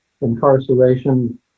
incarceration